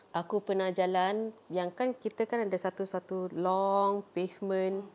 aku pernah jalan yang kan kita kan ada satu satu long pavement